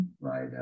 right